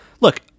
look